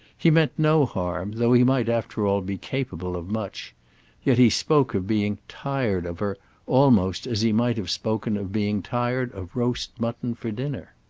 he meant no harm, though he might after all be capable of much yet he spoke of being tired of her almost as he might have spoken of being tired of roast mutton for dinner.